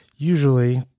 Usually